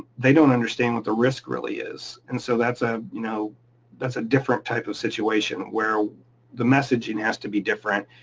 they don't understand what the risk really is. and so that's ah you know a different type of situation where the messaging has to be different.